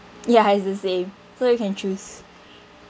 ya it's the same so you can choose